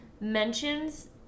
mentions